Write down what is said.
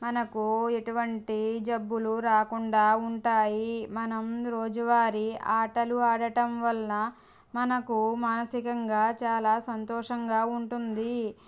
మనకు ఎటువంటి జబ్బులు రాకుండా ఉంటాయి మనం రోజువారి ఆటలు ఆడటం వల్ల మనకు మనసికంగా చాలా సంతోషంగా ఉంటుంది